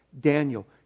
Daniel